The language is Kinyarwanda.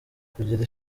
kugira